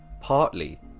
partly